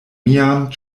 mian